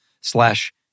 slash